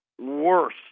worse